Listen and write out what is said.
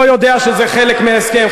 אתה יודע שזה חלק מהסכם.